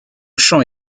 chant